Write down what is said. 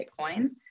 Bitcoin